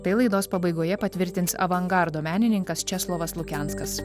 tai laidos pabaigoje patvirtins avangardo menininkas česlovas lukenskas